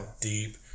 deep